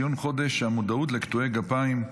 ציון חודש המודעות לקטועי גפיים.